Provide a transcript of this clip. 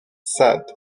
saad